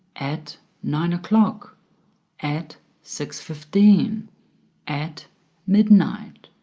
at nine o'clock at six fifteen at midnight.